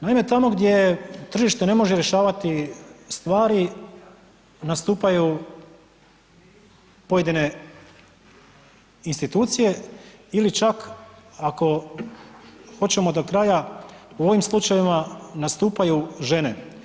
Naime, tamo gdje tržište ne može rješavati stvari nastupaju pojedine institucije ili čak ako hoćemo do kraja u ovim slučajevima nastupaju žene.